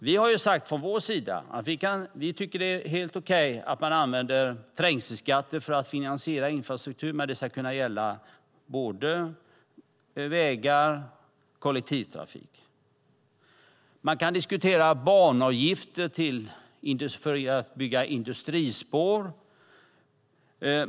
Vi har sagt att vi tycker att det är helt okej att man använder trängselskatter för att finansiera infrastruktur, men det ska gälla både vägar och kollektivtrafik. Man kan diskutera banavgifter för att bygga industrispår.